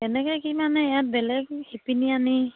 কেনেকৈ কি মানে ইয়াত বেলেগ শিপিনী আনি